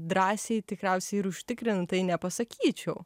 drąsiai tikriausiai ir užtikrintai nepasakyčiau